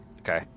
okay